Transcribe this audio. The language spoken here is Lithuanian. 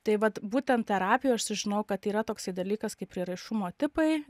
tai vat būtent terapijoj aš sužinojau kad yra toksai dalykas kaip prieraišumo tipai